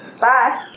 Bye